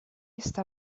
està